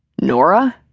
Nora